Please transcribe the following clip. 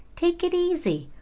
take it easy.